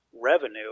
Revenue